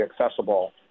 accessible